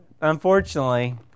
unfortunately